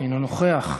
אינו נוכח,